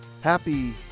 Happy